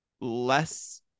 less